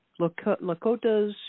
Lakotas